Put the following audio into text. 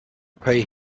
pay